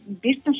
business